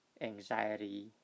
anxiety